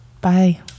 Bye